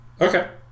Okay